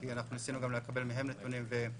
כי אנחנו ניסינו לקבל גם מהם נתונים ועד